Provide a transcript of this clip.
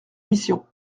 mission